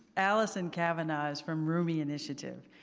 allison kavanagh from rumie initiative.